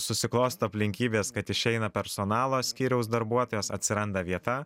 susiklosto aplinkybės kad išeina personalo skyriaus darbuotojas atsiranda vieta